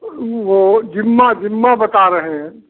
वो जिम्मा जिम्मा बता रहे हैं